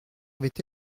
avait